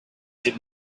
did